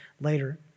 later